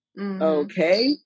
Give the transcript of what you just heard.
Okay